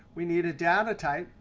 we need a data type.